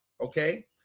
okay